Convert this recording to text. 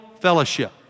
fellowship